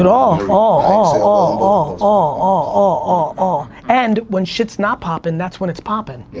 it all, all, all, all, all, all, all, all, all all and when shit's not popping that's when it's popping.